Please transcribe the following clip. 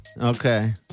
Okay